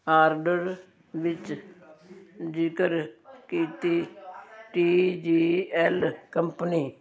order ਵਿੱਚ ਜ਼ਿਕਰ ਕੀਤੀ ਟੀ ਜੀ ਐੱਲ ਕੰਪਨੀ